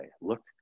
looked